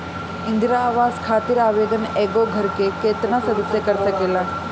इंदिरा आवास खातिर आवेदन एगो घर के केतना सदस्य कर सकेला?